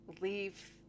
leave